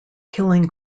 killing